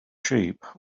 sheep